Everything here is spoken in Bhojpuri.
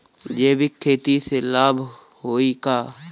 जैविक खेती से लाभ होई का?